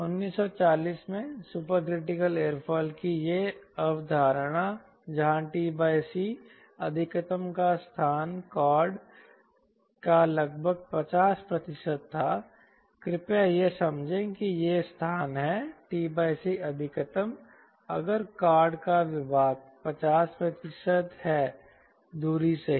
1940 में supercritical airfoil की यह अवधारणा जहां t c अधिकतम का स्थान कॉर्ड का लगभग 50 प्रतिशत था कृपया यह समझें कि यह स्थान है t c अधिकतम अगर कॉर्ड का लगभग 50 प्रतिशत है दूरी सही